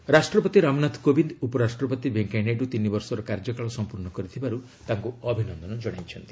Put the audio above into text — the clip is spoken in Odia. ପ୍ରେକ୍ ଭିପି ରାଷ୍ଟ୍ରପତି ରାମନାଥ କୋବିନ୍ଦ' ଉପରାଷ୍ଟ୍ରପତି ଭେଙ୍କିୟାନାଇଡ଼ୁ ତିନିବର୍ଷର କାର୍ଯ୍ୟକାଳ ସମ୍ପୂର୍ଣ୍ଣ କରିଥିବାରୁ ତାଙ୍କୁ ଅଭିନନ୍ଦନ କ୍ରଣାଇଛନ୍ତି